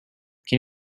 can